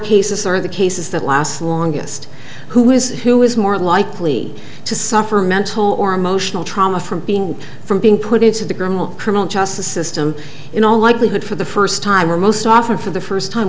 cases are the cases that last the longest who is who is more likely to suffer mental or emotional trauma from being from being put into the grim of criminal justice system in all likelihood for the first time or most often for the first time